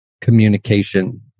communication